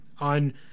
on